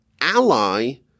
ally